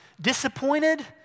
disappointed